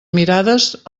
mirades